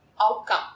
outcome